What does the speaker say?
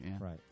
Right